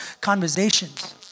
conversations